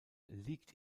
liegt